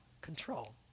control